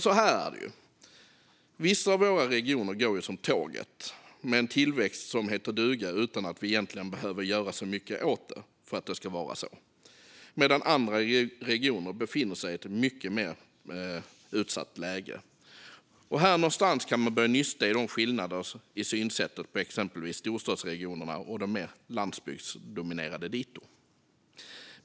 Så här är det: Vissa av våra regioner går som tåget, med en tillväxt som heter duga, utan att vi egentligen behöver göra så mycket för att det ska vara så - medan andra regioner befinner sig i ett mycket mer utsatt läge. Här någonstans kan man börja nysta i skillnader i synsätt på exempelvis storstadsregionerna och de mer landsbygdsdominerade dito.